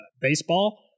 baseball